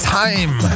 time